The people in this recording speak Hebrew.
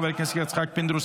חבר הכנסת יצחק פינדרוס,